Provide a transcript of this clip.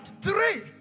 three